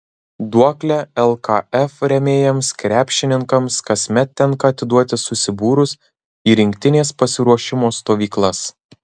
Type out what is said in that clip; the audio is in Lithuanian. duoklę lkf rėmėjams krepšininkams kasmet tenka atiduoti susibūrus į rinktinės pasiruošimo stovyklas